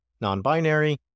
non-binary